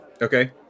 Okay